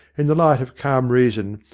in the light of calm reason,